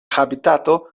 habitato